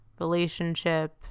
relationship